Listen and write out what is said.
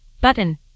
button